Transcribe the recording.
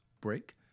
break